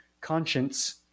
conscience